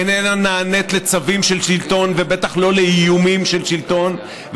אינה נענית לצווים של שלטון ובטח לא לאיומים של שלטון,